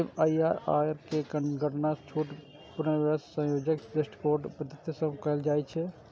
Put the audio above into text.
MIRR केर गणना छूट, पुनर्निवेश आ संयोजन दृष्टिकोणक पद्धति सं कैल जाइ छै